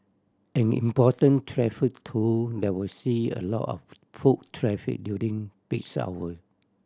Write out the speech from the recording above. an important traffic tool that will see a lot of foot traffic during peaks hour